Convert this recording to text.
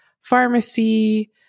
pharmacy